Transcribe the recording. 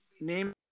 name